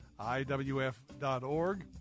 iwf.org